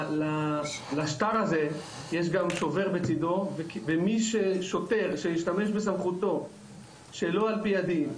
לשטר הזה יש גם שובר בצדו ושוטר שהשתמש בסמכותו שלא על פי הדין,